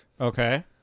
Okay